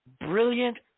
brilliant